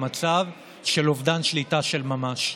במצב של אובדן שליטה של ממש.